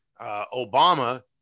Obama